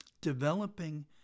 Developing